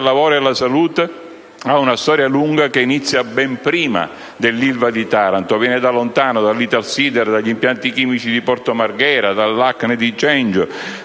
al lavoro e alla salute ha una storia lunga che inizia ben prima dell'Ilva di Taranto. Viene da lontano, dall'Italsider, dagli impianti chimici di Porto Marghera, dall'Acne di Cengio,